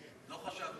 לא חשבת,